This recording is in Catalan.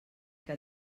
que